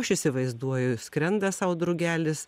aš įsivaizduoju skrenda sau drugelis